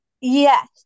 yes